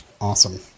Awesome